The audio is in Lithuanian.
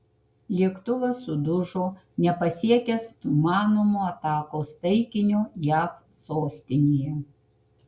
lėktuvas sudužo nepasiekęs numanomo atakos taikinio jav sostinėje